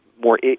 more